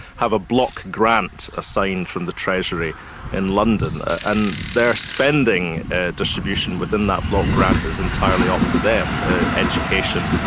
have a block grant assigned from the treasury in london and their spending distribution within that block grant is entirely up to them education,